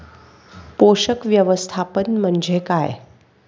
पोषक व्यवस्थापन म्हणजे काय?